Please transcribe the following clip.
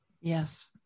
Yes